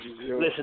Listen